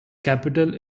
capital